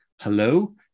hello